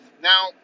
now